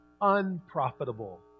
unprofitable